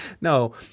No